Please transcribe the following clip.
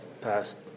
past